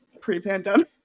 pre-pandemic